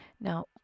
Now